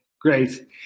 Great